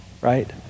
right